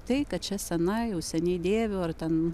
tai kad čia sena jau seniai dėviu ar ten